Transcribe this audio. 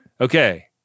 Okay